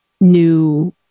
new